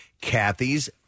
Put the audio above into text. Kathy's